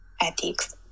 ethics